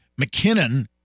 McKinnon